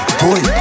boy